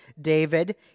David